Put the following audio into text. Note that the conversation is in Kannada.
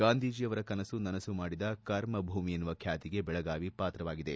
ಗಾಂಧೀಜಿಯವರ ಕನಸು ನನಸು ಮಾಡಿದ ಕರ್ಮಭೂಮಿ ಎನ್ನುವ ಖ್ಯಾತಿಗೆ ಬೆಳಗಾವಿ ಪಾತ್ರವಾಗಿದೆ